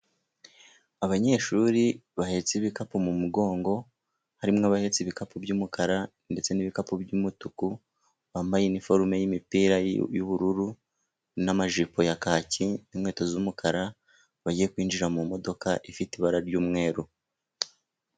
Abanyeshuri bahetse ibikapu mu mugongo harimo abahetse ibikapu by'umukara ndetse n'ibikapu by'umutuku, bambaye iniforume y'imipira y'ubururu n'amajipo ya kaki, inkweto z'umukara, bagiye kwinjira mu modoka ifite ibara ry'umweru.